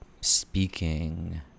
speaking